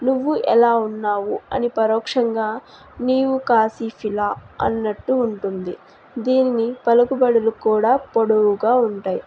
నువ్వు ఎలా ఉన్నావు అని పరోక్షంగా నీవు కాశీ ఫిలా అన్నట్టు ఉంటుంది దీని పలుకబడులు కూడా పొడవుగా ఉంటాయి